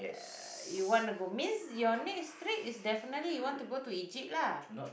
uh you want to go means your next trip is definitely you want to go to Egypt lah